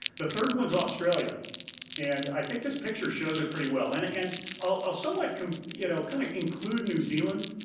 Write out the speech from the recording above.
the third one's australia and i think this picture shows it pretty well. and and i'll i'll somewhat you know kind of include new zealand,